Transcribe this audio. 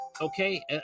Okay